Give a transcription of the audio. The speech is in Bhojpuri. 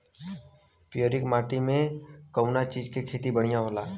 पियरकी माटी मे कउना चीज़ के खेती बढ़ियां होई?